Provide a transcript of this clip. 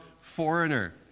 foreigner